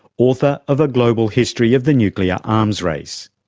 author of a global history of the nuclear arms race.